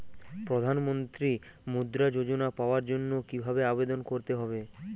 প্রধান মন্ত্রী মুদ্রা যোজনা পাওয়ার জন্য কিভাবে আবেদন করতে হবে?